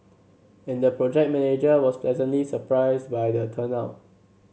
and the project manager was pleasantly surprised by the turnout